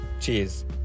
Cheers